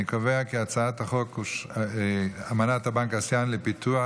אני קובע כי אמנת הבנק האסייני לפיתוח,